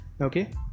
okay